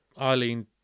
Eileen